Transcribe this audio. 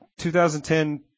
2010